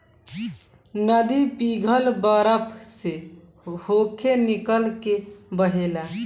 नदी पिघल बरफ से होके निकल के बहेला